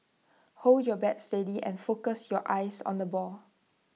hold your bat steady and focus your eyes on the ball